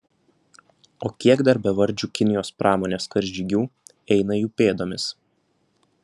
o kiek dar bevardžių kinijos pramonės karžygių eina jų pėdomis